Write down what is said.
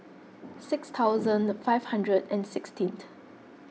six thousand five hundred and sixteenth